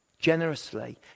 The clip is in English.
generously